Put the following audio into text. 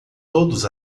todos